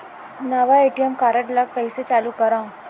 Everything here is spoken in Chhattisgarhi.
नवा ए.टी.एम कारड ल कइसे चालू करव?